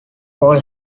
all